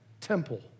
temple